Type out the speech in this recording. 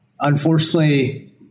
Unfortunately